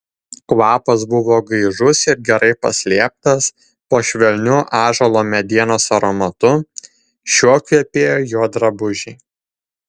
kvapas buvo gaižus ir gerai paslėptas po švelniu ąžuolo medienos aromatu šiuo kvepėjo jo drabužiai